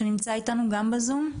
שנמצא איתנו גם בזום.